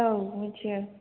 औ मिथियो